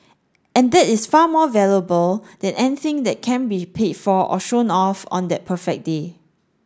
and that is far more valuable than anything that can be paid for or shown off on that perfect day